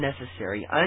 necessary